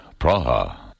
Praha